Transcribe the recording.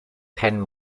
pen